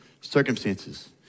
circumstances